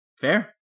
Fair